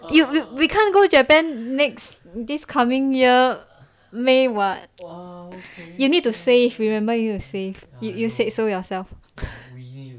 you you we can't go japan next this coming year may what you need to save remember you need to save you said so yourself